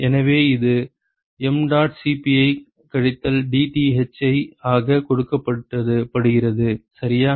எனவே அது mdot Cp ஐக் கழித்தால் dTh ஆகக் கொடுக்கப்படுகிறது சரியா